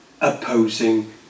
opposing